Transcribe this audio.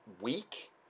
week